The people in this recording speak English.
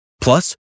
Plus